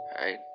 right